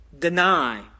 Deny